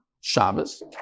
Shabbos